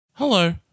Hello